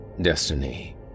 Destiny